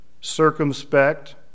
circumspect